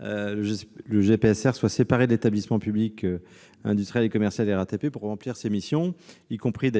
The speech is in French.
le GPSR soit séparé de l'établissement public industriel et commercial RATP pour remplir ses missions, y compris